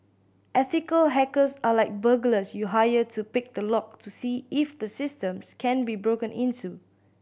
ethical hackers are like burglars you hire to pick the lock to see if the systems can be broken into